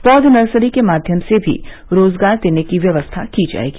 पौध नर्सरी के माध्यम से भी रोजगार देने की व्यवस्था की जाएगी